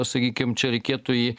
sakykim čia reikėtų jį